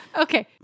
okay